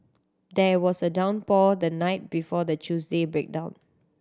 there was a downpour the night before the Tuesday breakdown